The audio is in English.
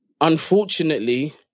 Unfortunately